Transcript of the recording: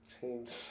change